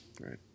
Right